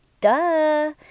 Duh